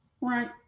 Right